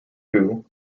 who